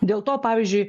dėl to pavyzdžiui